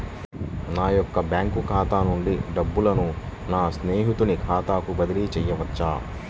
నా యొక్క బ్యాంకు ఖాతా నుండి డబ్బులను నా స్నేహితుని ఖాతాకు బదిలీ చేయవచ్చా?